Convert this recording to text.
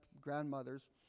grandmothers